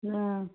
ହଁ